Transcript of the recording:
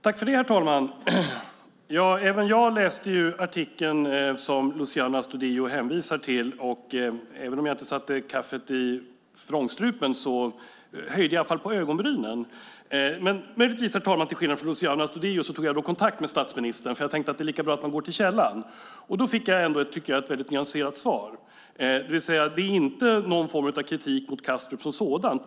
Herr talman! Även jag läste den artikel som Luciano Astudillo hänvisade till, och även om jag inte satte kaffet i vrångstrupen höjde jag i alla fall på ögonbrynen. Möjligtvis till skillnad från Luciano Astudillo tog jag kontakt med statsministern, för jag tänkte att det är lika bra att gå till källan. Då fick jag ett nyanserat svar, det vill säga att det inte är någon form av kritik mot Kastrup som flygplats.